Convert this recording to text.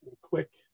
quick